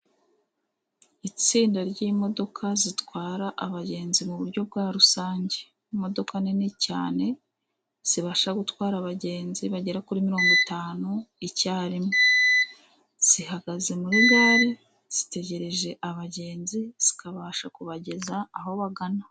Itsinda ry'imodoka zitwara abagenzi mu buryo bwa rusange, imodoka nini cyane, zibasha gutwara abagenzi bagera kuri mirongo itanu icyarimwe, zihagaze muri gare, zitegereje abagenzi, zikabasha kubageza aho bagana.